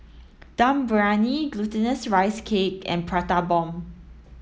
Dum Briyani glutinous rice cake and prata bomb